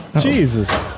Jesus